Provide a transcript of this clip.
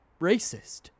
racist